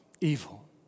evil